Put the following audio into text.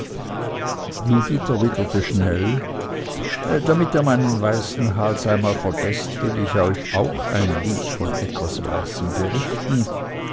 judith erwiderte schnell damit ihr meinen weißen hals einmal vergeßt will ich euch auch ein lied von etwas weißem berichten